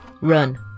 Run